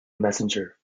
messenger